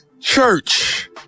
church